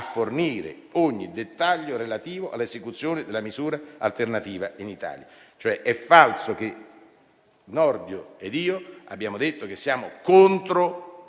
a fornire ogni dettaglio relativo all'esecuzione della misura alternativa in Italia. È, cioè, falso che il ministro Nordio ed io abbiamo detto che siamo contro